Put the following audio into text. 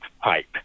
pipe